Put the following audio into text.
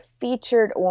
featured